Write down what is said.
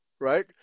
Right